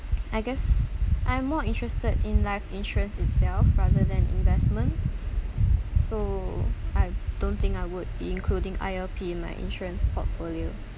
I guess I'm more interested in life insurance itself rather than investment so I don't think I would be including I_L_P in my insurance portfolio